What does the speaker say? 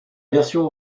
version